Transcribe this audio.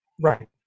Right